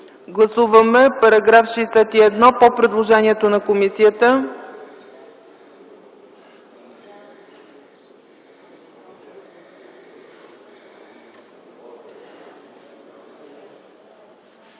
Гласуваме § 61 по предложението на комисията.